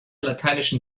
lateinischen